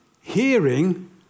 Hearing